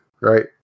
right